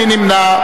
מי נמנע?